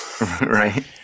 right